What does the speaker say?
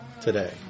today